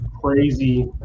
crazy